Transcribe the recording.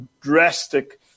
drastic